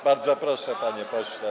Bardzo proszę, panie pośle.